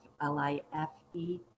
L-I-F-E